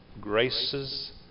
graces